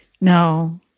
No